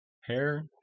hair